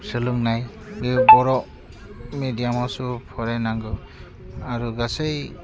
सोलोंनाय बे बर' मेडियामावसो फरायनांगौ आरो गासै